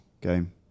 game